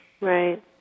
Right